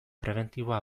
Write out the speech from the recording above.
prebentiboa